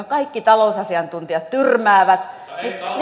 kaikki talousasiantuntijat tyrmäävät